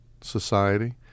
society